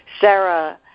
Sarah